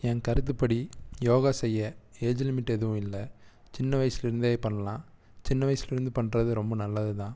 என் கருத்துப்படி யோகா செய்ய age limit எதுவும் இல்லை சின்ன வயசுலேருந்தே பண்ணலாம் சின்ன வயசுலிருந்து பண்ணுறது ரொம்ப நல்லதுதான்